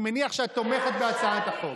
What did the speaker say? אני מניח שאת תומכת בהצעת החוק.